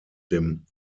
dem